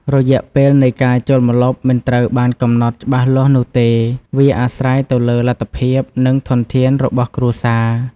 រយៈពេលនៃការចូលម្លប់មិនត្រូវបានកំណត់ច្បាស់លាស់នោះទេ វាអាស្រ័យទៅលើលទ្ធភាព និងធនធានរបស់គ្រួសារ។